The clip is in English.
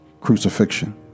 crucifixion